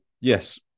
yes